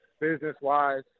business-wise